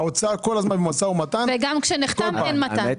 האוצר כל הזמן במשא ומתן --- וגם כשנחתם אין מתן.